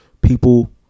people